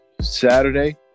Saturday